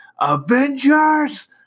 Avengers